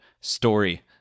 story